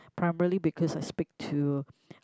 primarily because I speak to